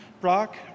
Brock